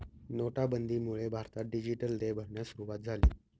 नोटाबंदीमुळे भारतात डिजिटल देय भरण्यास सुरूवात झाली